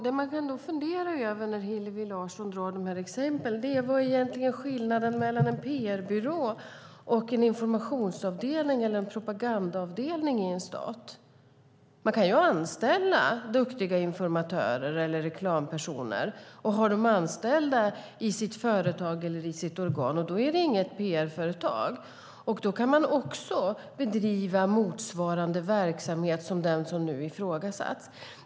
Det man kan fundera över när Hillevi Larsson drar sina exempel är: Vad är egentligen skillnaden mellan en PR-byrå och en informations eller propagandaavdelning i en stat? Man kan ju anställa duktiga informatörer eller reklampersoner i sitt företag eller organ. Då är det inget PR-företag, men då kan man också bedriva motsvarande verksamhet som den som nu är ifrågasatt.